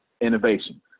innovation